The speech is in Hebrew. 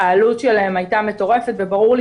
העלות של זה הייתה מטורפת וגם ברור לי